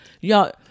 Y'all